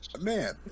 Man